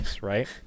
right